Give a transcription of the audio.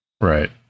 Right